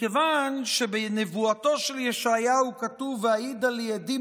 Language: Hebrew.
מכיוון שבנבואתו של ישעיהו כתוב: ואעידה לי עדים